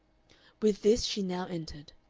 with this she now entered.